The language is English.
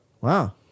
wow